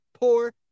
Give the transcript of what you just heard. Poor